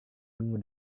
minggu